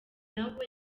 nawe